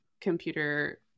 computer